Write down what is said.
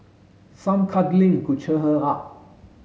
some cuddling could cheer her up